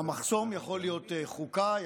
המחסום יכול להיות חוקה,